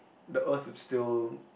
the earth will still